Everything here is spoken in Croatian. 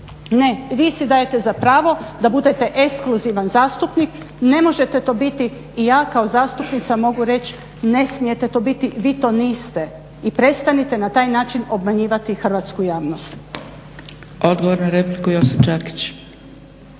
Ne, vi si dajete za pravo da budete ekskluzivan zastupnik. Ne možete to biti i ja kao zastupnica mogu reći ne smijete to biti, vi to niste. I prestanite na taj način obmanjivati hrvatsku javnost. **Zgrebec, Dragica